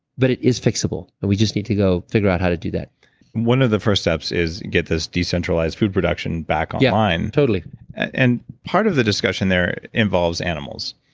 but it is fixable. and we just need to go figure out how to do that one of the first steps is get this decentralized food production back online yeah, totally and part of the discussion there involves animals.